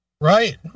Right